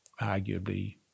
arguably